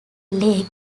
leg